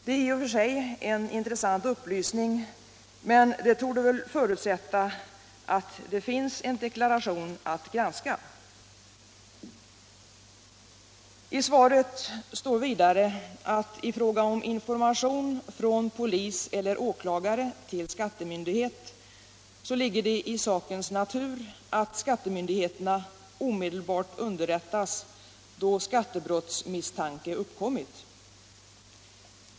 Det är i och för sig en intressant upplysning, men det förutsätter att det finns en deklaration att granska. I svaret står vidare att i fråga om information från polis eller åklagare till skattemyndighet ligger det i sakens natur att skattemyndigheterna omedelbart underrättas då skattebrottsmisstanke uppkommit.